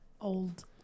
old